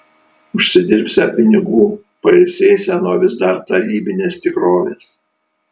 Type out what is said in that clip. užsidirbsią pinigų pailsėsią nuo vis dar tarybinės tikrovės